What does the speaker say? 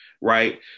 right